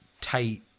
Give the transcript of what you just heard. tight